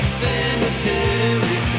cemetery